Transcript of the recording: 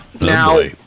Now